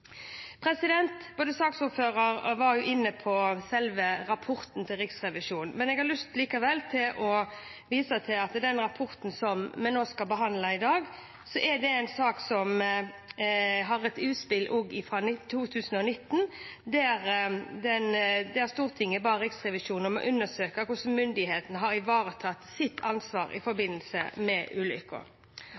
inne på selve rapporten til Riksrevisjonen, men jeg vil likevel vise til at den rapporten som vi skal behandle i dag, er en sak med et utspill fra 2019, da Stortinget ba Riksrevisjonen om å undersøke hvordan myndighetene har ivaretatt sitt ansvar i forbindelse med